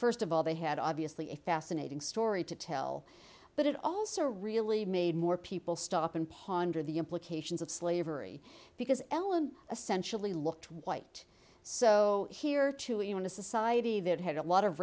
first of all they had obviously a fascinating story to tell but it also really made more people stop and ponder the implications of slavery because ellen essentially looked white so here too in a society that had a lot of